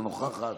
אינה נוכחת,